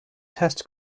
test